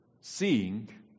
Seeing